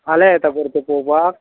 फाल्यां येता परत पळोवपाक